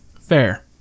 Fair